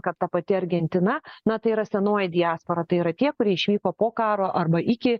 kad ta pati argentina na tai yra senoji diaspora tai yra tie kurie išvyko po karo arba iki